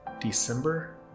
December